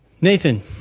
Nathan